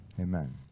amen